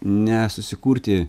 ne susikurti